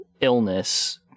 illness